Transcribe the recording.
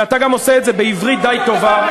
ואתה עושה את זה גם בעברית די טובה.